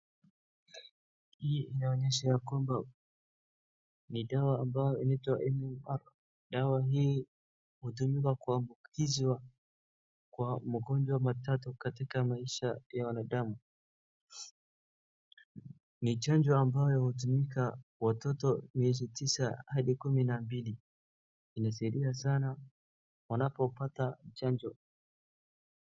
Hii inaonyesha ya kwamba ni dawa ambayo inaitwa MMR , dawa hii hutumika kwa kukinga magonjwa matatu katika maisha ya wanadamu. Ni chanjo ambayo hutumika kwa watoto miezi tisa hadi kumi na mbili, inasaidia sana wanapopata chanjo.